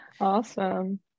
Awesome